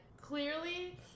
clearly